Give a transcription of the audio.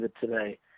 today